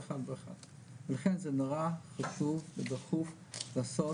אחד ואחד ולכן זה נורא חשוב ודחוף לעשות